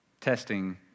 testing